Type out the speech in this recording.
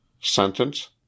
Sentence